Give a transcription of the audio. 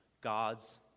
God's